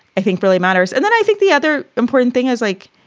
i think really matters. and then i think the other important thing is like.